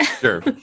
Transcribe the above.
sure